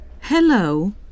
Hello